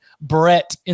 Brett